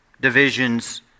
divisions